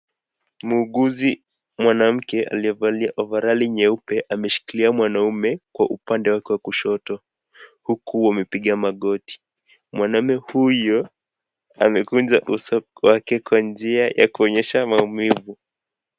Mwuguzi mwanamke aliyevalia ovarali nyeupe ameshikilia mwanaume kwa upande wake wa kushoto huku wamepiga magoti, mwanaume huyo amekunja uso wake kwa njia kuonyesha maumivu.